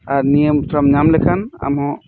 ᱟᱨ ᱱᱤᱭᱟᱹᱢ ᱛᱷᱚᱲᱟᱢ ᱧᱟᱢ ᱞᱮᱠᱷᱟᱱ ᱟᱢ ᱦᱚᱸ